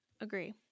Agree